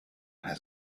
has